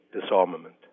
disarmament